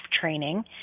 training